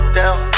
down